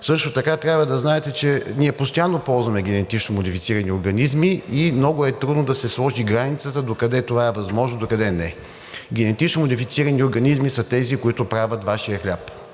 Също така трябва да знаете, че ние постоянно ползваме генетично модифицирани организми и много е трудно да се сложи границата докъде това е възможно, докъде не е. Генетично модифицирани организми са тези, които правят Вашия хляб.